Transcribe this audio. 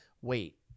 Wait